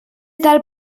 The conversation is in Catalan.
del